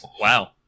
Wow